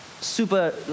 super